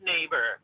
neighbor